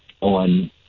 on